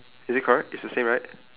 is it correct it's the same right